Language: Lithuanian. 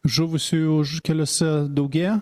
žuvusiųjų keliuose daugėja